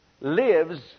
lives